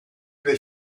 peut